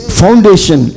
foundation